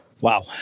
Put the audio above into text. Wow